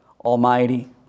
Almighty